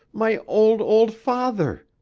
my old, old father!